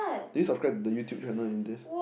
did you subscribe the YouTube channel in this